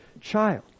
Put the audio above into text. child